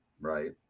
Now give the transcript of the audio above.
right